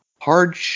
hard